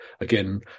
again